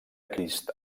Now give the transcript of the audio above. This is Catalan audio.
crist